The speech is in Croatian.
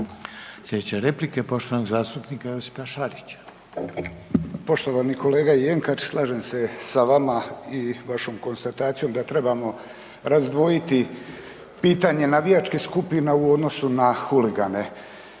Slijedeće replike poštovanog zastupnika Josipa Šarića. **Šarić, Josip (HDZ)** Poštovani kolega Jenkač slažem se sa vama i vašom konstatacijom da trebamo razdvojiti pitanje navijačkih skupina u odnosu na huligane.